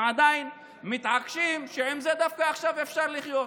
הם עדיין מתעקשים שעם זה דווקא עכשיו אפשר לחיות.